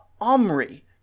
Omri